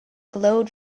glowed